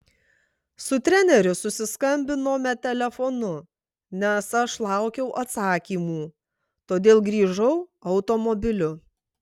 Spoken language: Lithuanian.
su treneriu susiskambinome telefonu nes aš laukiau atsakymų todėl grįžau automobiliu